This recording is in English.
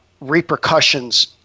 repercussions